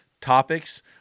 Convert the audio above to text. topics